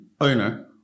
owner